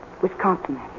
Wisconsin